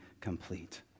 complete